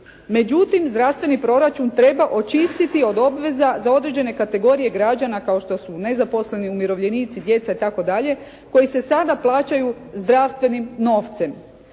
Međutim, zdravstveni proračun treba očistiti od obveza za određene kategorije građana kao što su nezaposleni umirovljenici, djeca itd. koji se sada plaćaju zdravstvenim novcem.